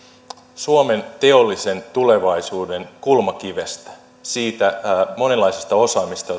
suomen teollisen tulevaisuuden kulmakivestä siitä monenlaisesta osaamisesta